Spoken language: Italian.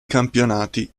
campionati